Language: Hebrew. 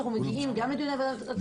הם מגיעים גם לדיוני הוועדה,